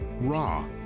raw